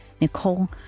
Nicole